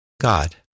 God